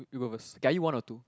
yo~ you go first k i eat one or two